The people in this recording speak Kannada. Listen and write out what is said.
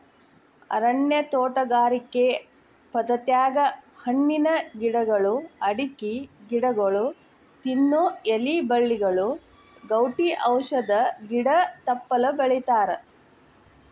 ಅರಣ್ಯ ತೋಟಗಾರಿಕೆ ಪದ್ಧತ್ಯಾಗ ಹಣ್ಣಿನ ಗಿಡಗಳು, ಅಡಕಿ ಗಿಡಗೊಳ, ತಿನ್ನು ಎಲಿ ಬಳ್ಳಿಗಳು, ಗೌಟಿ ಔಷಧ ಗಿಡ ತಪ್ಪಲ ಬೆಳಿತಾರಾ